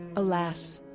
alas!